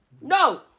No